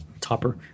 Topper